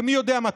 ומי יודע מתי.